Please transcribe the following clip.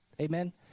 Amen